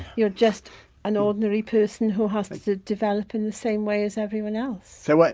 you're just an ordinary person who has to develop in the same way as everyone else so,